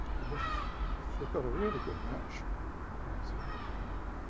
and if if they've got a really good match you can't see the edge of the mirror,